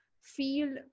feel